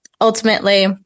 ultimately